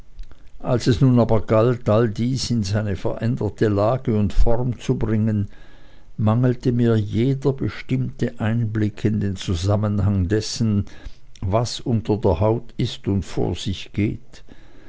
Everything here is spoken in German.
als es nun aber galt alles dies in seine veränderte lage und form zu bringen mangelte mir jeder bestimmte einblick in den zusammenhang dessen was unter der haut ist und vor sich geht